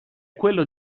quello